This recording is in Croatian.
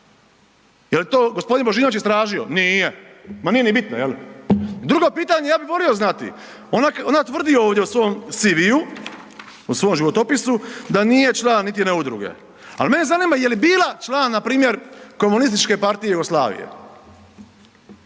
Jel to gospodin Božinović to istražio? Nije. Ma nije ni bitno jel. Drugo pitanje, ja bi volio znati, ona tvrdi ovdje u CV-u u svom životopisu da nije član niti jedne udruge, a mene zanima jeli bila član npr. Komunističke partije Jugoslavije?